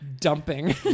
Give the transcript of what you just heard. dumping